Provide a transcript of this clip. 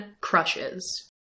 crushes